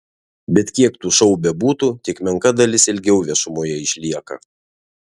bet kiek tų šou bebūtų tik menka dalis ilgiau viešumoje išlieka